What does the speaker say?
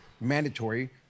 mandatory